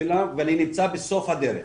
ואני נמצא בסוף הדרך,